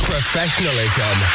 Professionalism